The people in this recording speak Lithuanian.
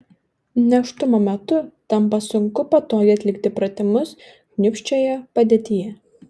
nėštumo metu tampa sunku patogiai atlikti pratimus kniūpsčioje padėtyje